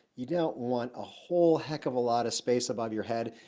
you don't want a whole heck of a lot of space above your head.